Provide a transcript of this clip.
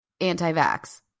anti-vax